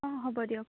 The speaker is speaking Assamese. অঁ হ'ব দিয়ক